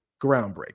groundbreaking